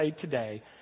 today